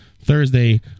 Thursday